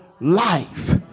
life